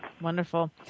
wonderful